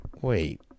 wait